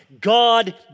God